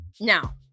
Now